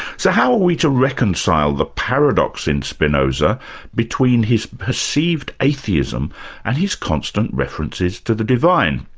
so how are we to reconcile the paradox in spinoza between his perceived atheism and his constant references to the divine?